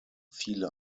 viele